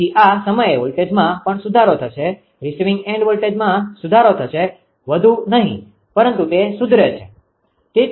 તેથી આ સમયે વોલ્ટેજમાં પણ સુધારો થશે રિસીવિંગ એન્ડ વોલ્ટેજમાં સુધારો થશે વધુ નહી પરંતુ તે સુધરે છે